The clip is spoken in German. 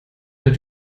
der